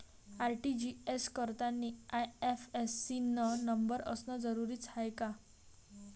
RTGS करतांनी IFSC न number असनं जरुरीच हाय का?